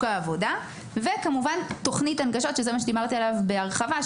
העבודה; וכמובן תוכנית הנגשות דיברתי עליה בהרחבה,